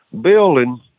building